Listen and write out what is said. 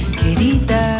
querida